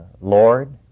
lord